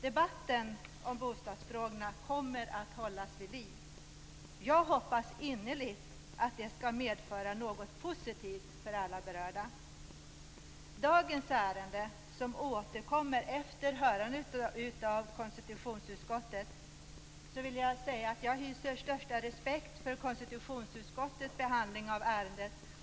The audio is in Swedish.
Debatten om bostadsfrågorna kommer att hållas vid liv. Jag hoppas innerligt att det skall medföra något positivt för alla berörda. Dagens ärende har återkommit efter hörande av konstitutionsutskottet. Jag hyser största respekt för konstitutionsutskottets behandling av ärendet.